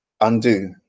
undo